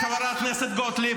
חברי הזרוע הצבאית